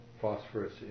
phosphorus